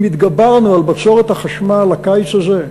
אם התגברנו על בצורת החשמל הקיץ הזה,